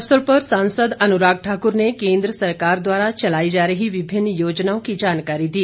इस अवसर पर सांसद अनुराग ठाक्र ने केन्द्र सरकार द्वारा चलाई जा रही विभिन्न योजनाओं की जानकारी दी